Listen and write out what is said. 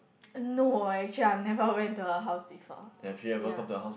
no actually I have never went to her house before ya